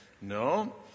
No